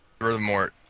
Furthermore